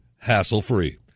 hassle-free